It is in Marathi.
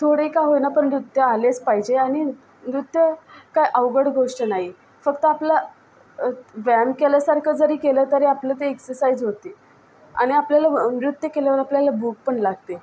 थोडे का होईना पण नृत्य आलेच पाहिजे आणि नृत्य काय अवघड गोष्ट नाही फक्त आपलं व्यायाम केल्यासारखं जरी केलं तरी आपलं ते एक्सरसाईझ होती आणि आपल्याला नृत्य केल्यावर आपल्याला भूक पण लागते